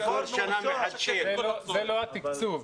אסף: זה לא התקצוב.